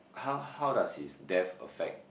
how how does his death affect